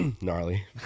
gnarly